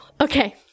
okay